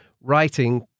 writing